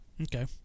Okay